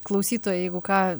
klausytojai jeigu ką